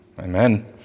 Amen